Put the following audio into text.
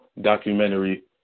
documentary